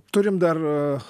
turim dar